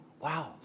wow